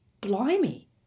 blimey